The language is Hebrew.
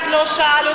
אף אחד לא שאל אותי.